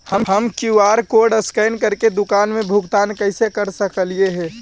हम QR code scan करके दुकान में भुगतान कैसे कर सकली हे?